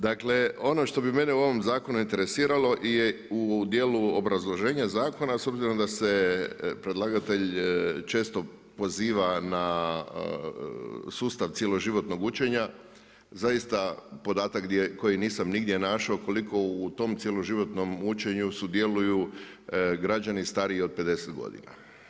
Dakle ono što bi mene u ovom zakonu interesiralo je u dijelu obrazloženja zakona s obzirom da se predlagatelj često poziva na sustav cjeloživotnog učenja, zaista podatak koji nisam nigdje našao koliko u tom cjeloživotnom učenju sudjeluju građani stariji od 50 godina.